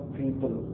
people